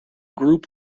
group